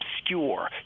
obscure